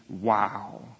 Wow